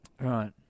Right